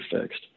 fixed